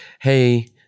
hey